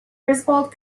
griswold